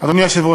היושבת-ראש,